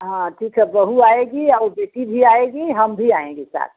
हाँ ठीक है बहु आएगी और बेटी भी आएगी हम भी आएँगे साथ